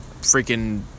freaking